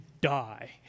die